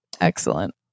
Excellent